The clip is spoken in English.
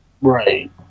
Right